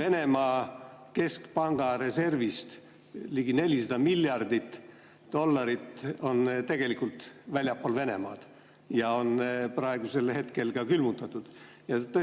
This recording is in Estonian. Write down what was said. Venemaa keskpanga reservist ligi 400 miljardit dollarit on tegelikult väljaspool Venemaad ja on praegusel hetkel külmutatud. Sa